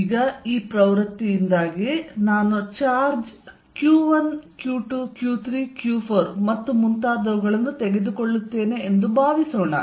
ಈಗ ಈ ಪ್ರವೃತಿಯಿಂದಾಗಿ ನಾನು charge Q1 Q2 Q3 Q4 ಮತ್ತು ಮುಂತಾದವುಗಳನ್ನು ತೆಗೆದುಕೊಳ್ಳುತ್ತೇನೆ ಎಂದು ಭಾವಿಸೋಣ